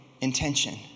intention